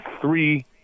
three